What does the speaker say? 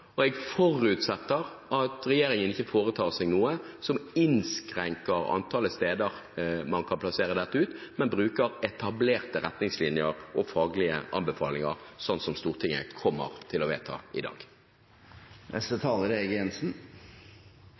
dag. Jeg forutsetter at regjeringen ikke foretar seg noe som innskrenker antallet steder man kan utplassere dette, men bruker etablerte retningslinjer og faglige anbefalinger, slik som Stortinget kommer til å vedta i dag. Jeg